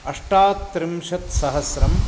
अष्टात्रिंशत्सहस्रं